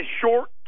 short